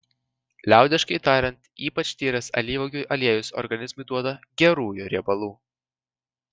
liaudiškai tariant ypač tyras alyvuogių aliejus organizmui duoda gerųjų riebalų